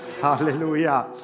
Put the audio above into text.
Hallelujah